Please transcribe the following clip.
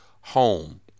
home